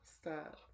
stop